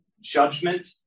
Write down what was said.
judgment